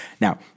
Now